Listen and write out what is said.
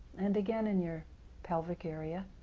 and again in your pelvic area.